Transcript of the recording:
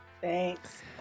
Thanks